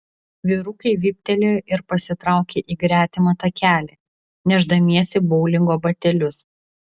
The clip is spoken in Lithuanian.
vyrukai vyptelėjo ir pasitraukė į gretimą takelį nešdamiesi boulingo batelius